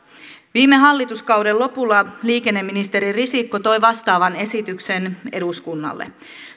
viime hallituskauden lopulla liikenneministeri risikko toi vastaavan esityksen eduskunnalle